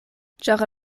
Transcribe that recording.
ĉar